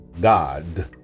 God